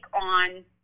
on